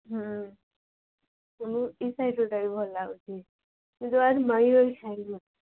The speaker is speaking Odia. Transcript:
ହୁଁ ତେଣୁ ଭଲ ଲାଗୁଛି ଯୁଆଡ଼େ ମାଡ଼ି ଗଲେ ଛାଡ଼ି ଯିବ